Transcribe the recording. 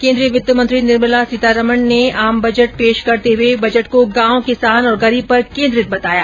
केन्द्रीय वित्त मंत्री निर्मला सीतारमण ने आज आम बजट पेश करते हुए बजट को गांव किसान और गरीब पर केन्द्रित बताया